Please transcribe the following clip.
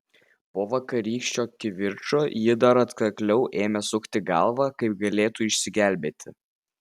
po vakarykščio kivirčo ji dar atkakliau ėmė sukti galvą kaip galėtų išsigelbėti